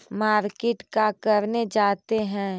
Market का करने जाते हैं?